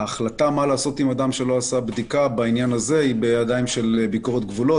ההחלטה מה לעשות עם אדם שלא ערך בדיקה היא בידי ביקורת הגבולות,